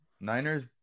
Niners